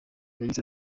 yagize